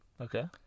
Okay